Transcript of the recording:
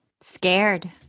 scared